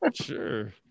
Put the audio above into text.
sure